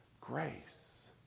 grace